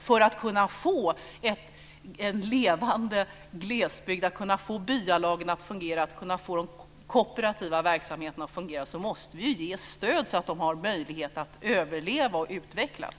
För att kunna få en levande glesbygd, för att kunna få byalagen och de kooperativa verksamheterna att fungera, måste vi ge stöd så att de har möjlighet att överleva och utvecklas.